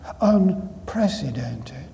unprecedented